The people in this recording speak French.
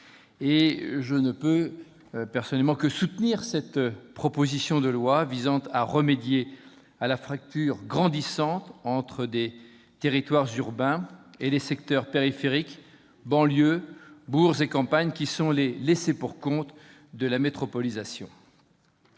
je ne peux personnellement que soutenir cette proposition de loi, visant à remédier à la fracture grandissante entre des territoires urbains et les secteurs périphériques, banlieues, bourgs et campagnes, qui sont les laissés-pour-compte de la métropolisation.